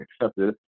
accepted